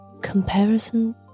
comparison